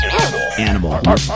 Animal